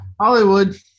Hollywood